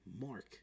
Mark